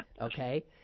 okay